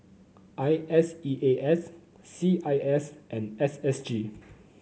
I S E A S C I S and S S G